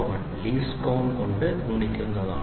01 least count കൊണ്ട് ഗുണിക്കുന്നതാണ്